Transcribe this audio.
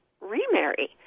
remarry